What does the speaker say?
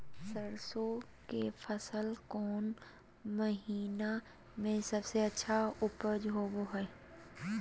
सरसों के फसल कौन महीना में सबसे अच्छा उपज होबो हय?